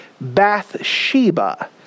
Bathsheba